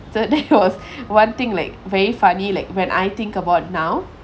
so that was one thing like very funny like when I think about now